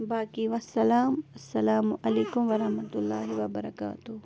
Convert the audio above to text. باقی وَسلم السَلامُ علیکُم وَرحمتُہ اللہِ وَبرکاتہ